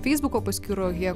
feisbuko paskyroje